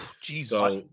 Jesus